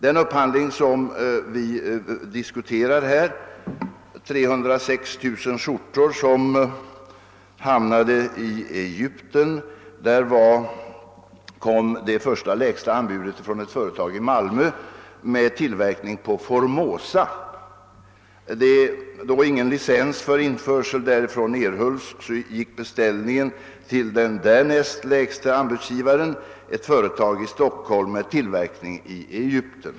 Den upphandling, som vi här diskuterar och som gällde 306 000 skjortor, hamnade i Egypten. Det lägsta första anbudet kom från ett företag i Malmö med tillverkning på Formosa. Då ingen licens för införsel därifrån erhölls, gick beställningen till den därnäst lägsta anbudsgivaren, ett företag i Stockholm med tillverkning i Egypten.